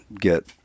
get